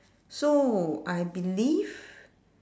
so I believe